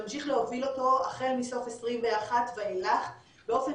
ותמשיך להוביל אותו החל מסוף 2021 ואילך באופן